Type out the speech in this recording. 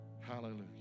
Hallelujah